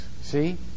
see